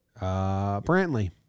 Brantley